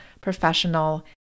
professional